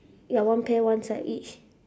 ya one pair one side each